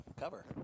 cover